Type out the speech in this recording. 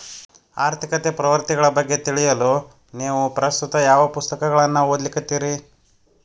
ಆರ್ಥಿಕ ಪ್ರವೃತ್ತಿಗಳ ಬಗ್ಗೆ ತಿಳಿಯಲು ನೇವು ಪ್ರಸ್ತುತ ಯಾವ ಪುಸ್ತಕಗಳನ್ನ ಓದ್ಲಿಕತ್ತಿರಿ?